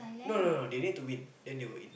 no no no they need to win then they will in